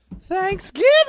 Thanksgiving